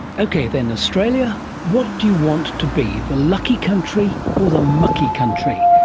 okay then australia, what do you want to be the lucky country or the mucky country?